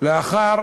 לאחר